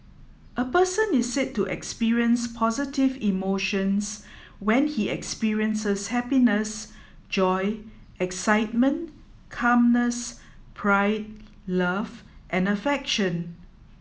a person is said to experience positive emotions when he experiences happiness joy excitement calmness pride love and affection